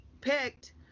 picked